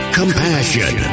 compassion